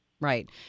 Right